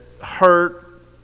hurt